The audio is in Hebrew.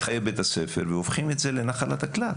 חיי בית הספר והופכים את זה לנחלת הכלל.